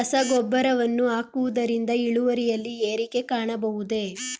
ರಸಗೊಬ್ಬರವನ್ನು ಹಾಕುವುದರಿಂದ ಇಳುವರಿಯಲ್ಲಿ ಏರಿಕೆ ಕಾಣಬಹುದೇ?